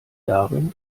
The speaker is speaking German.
darin